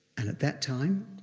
and at that time,